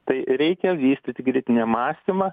tai reikia vystyti kritinį mąstymą